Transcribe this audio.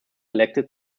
elected